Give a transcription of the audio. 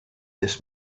this